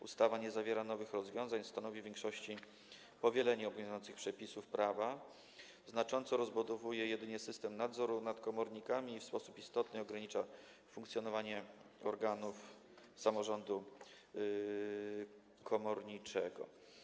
Ustawa nie zawiera nowych rozwiązań, stanowi w większości powielenie obowiązujących przepisów prawa, znacząco rozbudowuje jedynie system nadzoru nad komornikami i w sposób istotny ogranicza funkcjonowanie organów samorządu komorniczego.